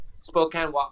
Spokane